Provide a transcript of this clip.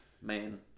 Man